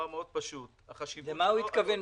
אנחנו מדברים,